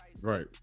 Right